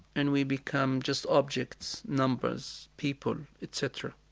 and we become just objects, numbers, people, etc.